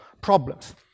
problems